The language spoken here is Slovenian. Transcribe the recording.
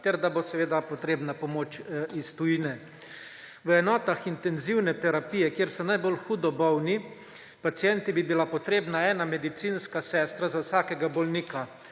ter da bo seveda potrebna pomoč iz tujine. V enotah intenzivne terapije, kjer so najbolj hudo bolni pacienti, bi bila potrebna ena medicinska sestra za vsakega bolnika,